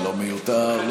זה מיותר.